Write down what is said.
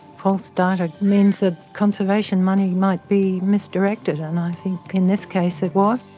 false data means that conservation money might be misdirected and i think in this case it was.